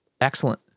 Excellent